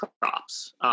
crops